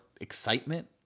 excitement